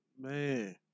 Man